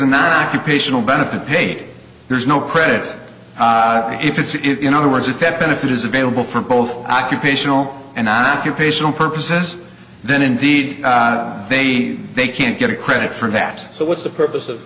an occupational benefit paid there's no credit if it's in other words if that benefit is available for both occupational an occupational purposes then indeed they they can't get a credit for that so what's the purpose